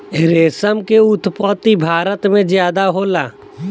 रेशम के उत्पत्ति भारत में ज्यादे होला